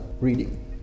reading